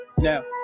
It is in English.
Now